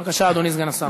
בבקשה, אדוני סגן השר.